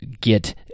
get